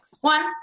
One